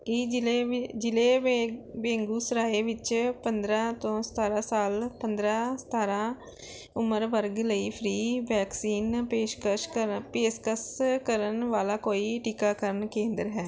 ਕੀ ਜ਼ਿਲ੍ਹੇ ਵੇ ਜ਼ਿਲ੍ਹੇ ਬੇ ਬੇਗੂਸਰਾਏ ਵਿੱਚ ਪੰਦਰਾਂ ਤੋਂ ਸਤਾਰਾਂ ਸਾਲ ਪੰਦਰਾਂ ਸਤਾਰਾਂ ਉਮਰ ਵਰਗ ਲਈ ਫ੍ਰੀ ਵੈਕਸੀਨ ਦੀ ਪੇਸ਼ਕਸ਼ ਕਰਨ ਪੇਸ਼ਕਸ਼ ਕਰਨ ਵਾਲਾ ਕੋਈ ਟੀਕਾਕਰਨ ਕੇਂਦਰ ਹੈ